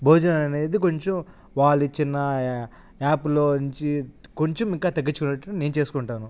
భోజనం అనేది కొంచెం వాళ్ళిచ్చిన యా యాప్లో నుంచి కొంచెం ఇంకా తగ్గించుకునేటట్టు నేను చేసుకుంటాను